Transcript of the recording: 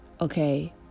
okay